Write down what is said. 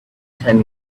time